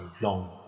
long